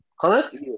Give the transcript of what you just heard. Correct